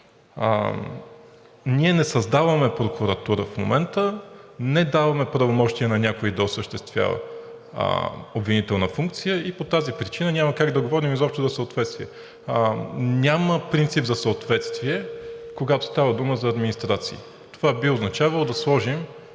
Ние не създаваме прокуратура в момента, не даваме правомощия на някой да осъществява обвинителна функция и по тази причина няма как да говорим изобщо за съответствие. Няма принцип за съответствие, когато става дума за администрация – това би означавало да сложим,